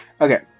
Okay